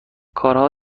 کارها